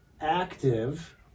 active